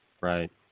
right